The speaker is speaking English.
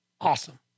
awesome